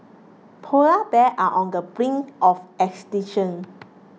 polar bear are on the brink of extinction